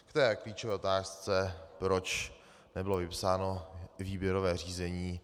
K té klíčové otázce, proč nebylo vypsáno výběrové řízení.